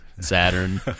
Saturn